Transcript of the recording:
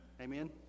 Amen